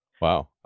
Wow